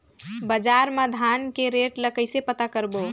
बजार मा धान के रेट ला कइसे पता करबो?